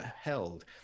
held